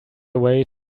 away